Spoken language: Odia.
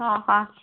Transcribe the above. ହଁ ହଁ